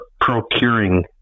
procuring